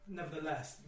nevertheless